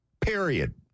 period